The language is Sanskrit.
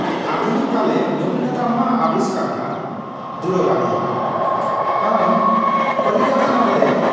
आधुनिककाले नवीनतमः आविष्कारः दूरवाणी एव अहं कोल्कतानगरे